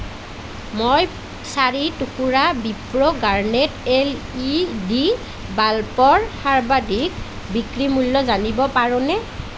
মই চাৰি টুকুৰা Wipro Garnet L E D বাল্বৰ সৰ্বাধিক বিক্ৰী মূল্য জানিব পাৰোনে